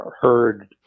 heard